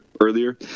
earlier